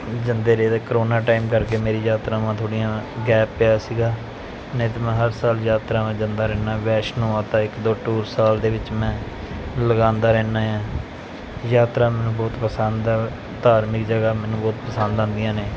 ਜਾਂਦੇ ਰਹੇ ਦੇ ਕਰੋਨਾ ਟਾਈਮ ਕਰਕੇ ਮੇਰੀ ਯਾਤਰਾਵਾਂ ਥੋੜ੍ਹੀਆਂ ਗੈਪ ਪਿਆ ਸੀਗਾ ਨਹੀਂ ਤਾਂ ਮੈਂ ਹਰ ਸਾਲ ਯਾਤਰਾਵਾਂ ਜਾਂਦਾ ਰਹਿੰਦਾ ਵੈਸ਼ਨੋ ਮਾਤਾ ਇੱਕ ਦੋ ਟੂਰ ਸਾਲ ਦੇ ਵਿੱਚ ਮੈਂ ਲਗਾਉਂਦਾ ਰਹਿੰਦਾ ਹਾਂ ਯਾਤਰਾ ਮੈਨੂੰ ਬਹੁਤ ਪਸੰਦ ਆ ਧਾਰਮਿਕ ਜਗ੍ਹਾ ਮੈਨੂੰ ਬਹੁਤ ਪਸੰਦ ਆਉਂਦੀਆਂ ਨੇ